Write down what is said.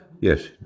Yes